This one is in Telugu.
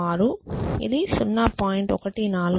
426 ఇది 0